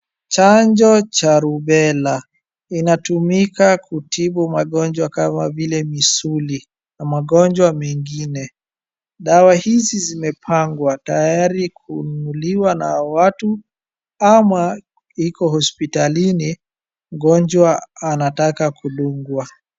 Chanjo cha Rubella, inatumika kutibu magonjwa kama vile misuli na magonjwa mengine. Dawa hizi zimepangwa tayari kununuliwa na watu ama iko hospitalini mgonjwa anataka kudungwa.